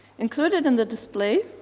included in the display